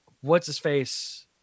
what's-his-face